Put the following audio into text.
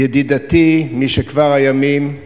ידידתי משכבר הימים,